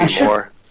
more